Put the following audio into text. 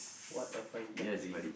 what a fine country